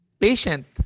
patient